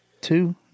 two